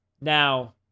Now